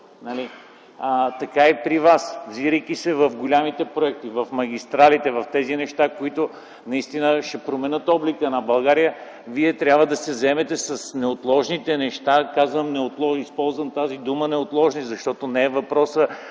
Така и при вас. Взирайки се в големите проекти, в магистралите, в тези неща, които наистина ще променят облика на България, вие трябва да се заемете с неотложните неща. Използвам тази дума „неотложни”, защото не е въпросът